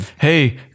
Hey